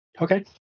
Okay